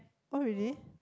oh really